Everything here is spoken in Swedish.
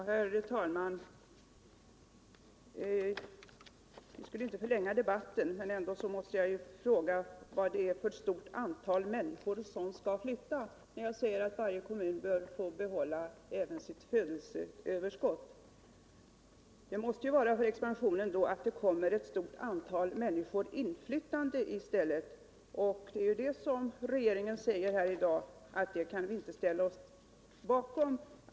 Herr talman! Vi skulle inte förlänga debatten, men ändå måste jag fråga vud detär för stort antal människor som skall flytta. Jag säger ju att varje kommun bör få behålla även sitt födelseöverskott. Expansionen måste då sammanhänga med att det kommer eu stort antal människor inflyttande i stället, och regeringen säger i dag att det kan viinte ställa oss bakom.